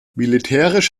militärisch